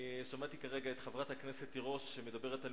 אני שמעתי כרגע את חברת הכנסת תירוש מדברת על